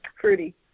fruity